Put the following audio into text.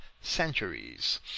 centuries